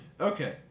okay